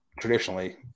traditionally